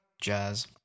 jazz